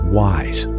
wise